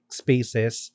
spaces